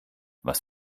was